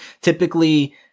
typically